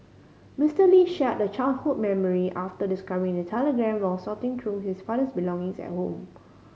Mister Lee shared the childhood memory after discovering the telegram while sorting through his father's belonging at home